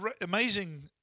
amazing